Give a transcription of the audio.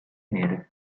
nere